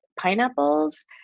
pineapples